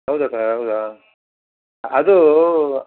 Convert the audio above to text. ಹೌದಾ ಸರ್ ಹೌದಾ ಅದು